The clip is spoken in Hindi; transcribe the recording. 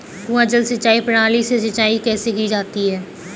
कुआँ जल सिंचाई प्रणाली से सिंचाई कैसे की जाती है?